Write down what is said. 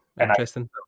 Interesting